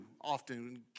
often